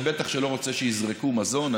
ובטח לא רוצה שיזרקו מזון.